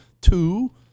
Two